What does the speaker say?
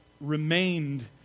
remained